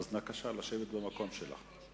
בבקשה לשבת במקום שלך.